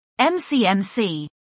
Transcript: MCMC